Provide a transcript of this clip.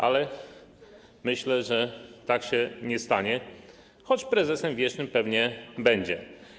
Ale myślę, że tak się nie stanie, choć prezesem wiecznym pewnie będzie.